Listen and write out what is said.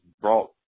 brought